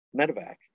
medevac